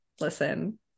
listen